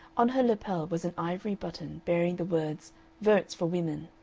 on her lapel was an ivory button, bearing the words votes for women.